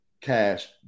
cash